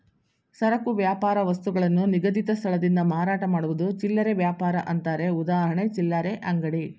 ಸರಕು ವ್ಯಾಪಾರ ವಸ್ತುಗಳನ್ನು ನಿಗದಿತ ಸ್ಥಳದಿಂದ ಮಾರಾಟ ಮಾಡುವುದು ಚಿಲ್ಲರೆ ವ್ಯಾಪಾರ ಅಂತಾರೆ ಉದಾಹರಣೆ ಚಿಲ್ಲರೆ ಅಂಗಡಿ